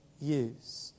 use